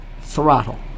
throttle